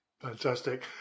Fantastic